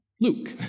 Luke